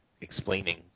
explaining